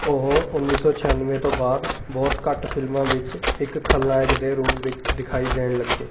ਉਹ ਉੱਨੀ ਸੌ ਛਿਆਨਵੇਂ ਤੋਂ ਬਾਅਦ ਬਹੁਤ ਘੱਟ ਫਿਲਮਾਂ ਵਿੱਚ ਇੱਕ ਖਲਨਾਇਕ ਦੇ ਰੂਪ ਵਿੱਚ ਦਿਖਾਈ ਦੇਣ ਲੱਗੇ